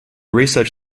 research